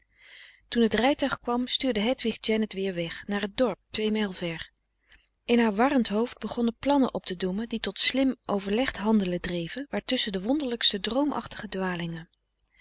toen het rijtuig kwam stuurde hedwig janet weer weg naar t dorp twee mijl ver in haar warrend hoofd begonnen plannen op te doemen die tot slim overlegd handelen dreven waartusschen de wonderlijkste droomachtige dwalingen